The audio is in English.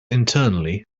internally